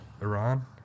Iran